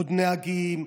עוד נהגים,